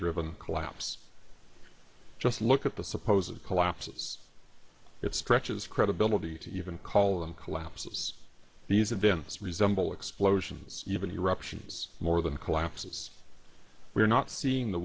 driven collapse just look at the supposed collapses it stretches credibility to even call them collapses these events resemble explosions even eruptions more than collapses we're not seeing the